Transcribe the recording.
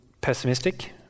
pessimistic